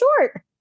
short